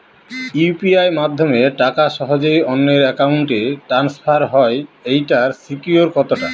UPI মাধ্যমে টাকা সহজেই অন্যের অ্যাকাউন্ট ই ট্রান্সফার হয় এইটার সিকিউর কত টা?